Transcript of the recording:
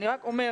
אני רק אומר,